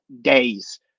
days